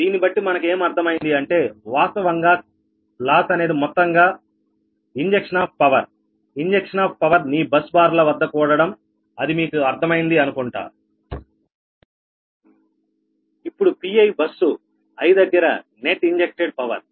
దీన్నిబట్టి మనకు ఏం అర్థమైంది అంటే వాస్తవంగా క్లాస్ అనేది మొత్తంగా injection of power injection of power ని బస్ బార్ ల వద్ద కూడడం ఇది మీకు అర్థమైంది అనుకుంటా ఇప్పుడు Pi బస్సు i దగ్గర నెట్ ఇంజెక్ట్ పవర్